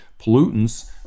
pollutants